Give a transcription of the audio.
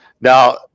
now